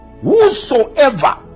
whosoever